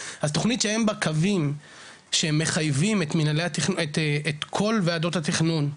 אז תכנית שאין בה קווים שמחייבים את כל ועדות התכנון,